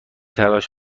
تلاش